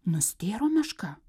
nustėro meška